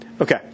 Okay